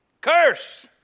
Curse